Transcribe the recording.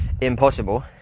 impossible